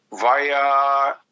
via